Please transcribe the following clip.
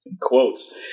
Quotes